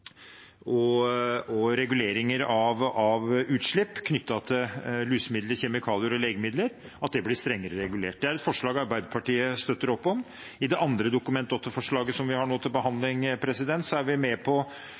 og reguleringer av utslipp knyttet til lusemidler, kjemikalier og legemidler, at det blir strengere regulert. Det er et forslag Arbeiderpartiet er med på. I det andre Dokument 8-forslaget som vi nå har til behandling, er vi med på